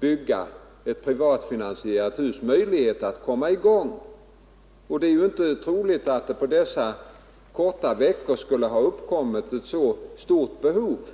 bygga ett privatfinansierat hus hade möjlighet att komma i gång omedelbart. Det är inte troligt att ett så stort behov skulle ha uppkommit på dessa få veckor.